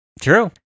True